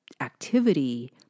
activity